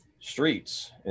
streets